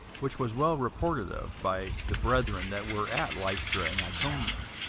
which was well reported of by the brethren that were at lystra and iconium.